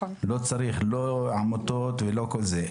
בשביל הנתונים לא צריכים עמותות וכן הלאה.